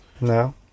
No